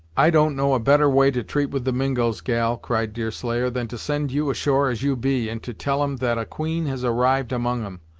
i don't know a better way to treat with the mingos, gal, cried deerslayer, than to send you ashore as you be, and to tell em that a queen has arrived among em!